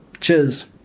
Cheers